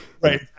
Right